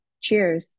cheers